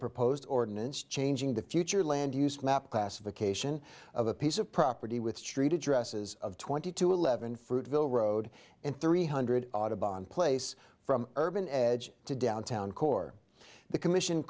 proposed ordinance changing to future land use map classification of a piece of property with street addresses of twenty two eleven fruitvale road and three hundred autobahn place from urban edge to downtown core the commission